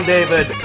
David